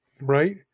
Right